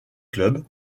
club